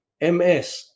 MS